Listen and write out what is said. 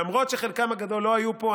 למרות שחלקם הגדול לא היו פה,